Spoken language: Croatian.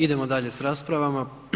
Idemo dalje s raspravama.